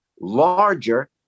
larger